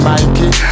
Mikey